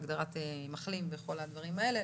להגדרת מחלים וכל הדברים האלה,